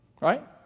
right